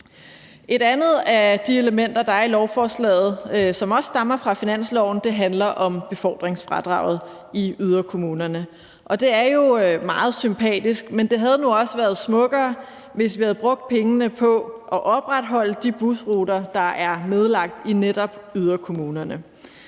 Et andet af de elementer, der er i lovforslaget, og som også stammer fra finansloven, handler om befordringsfradraget i yderkommunerne. Det er jo meget sympatisk, men det havde nu været smukkere, hvis vi havde brugt pengene på at opretholde de busruter, der er nedlagt i netop yderkommunerne.